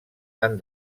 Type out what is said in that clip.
han